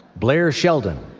blair sheldon,